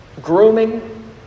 grooming